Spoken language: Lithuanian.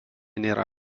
nėra